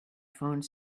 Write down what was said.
phone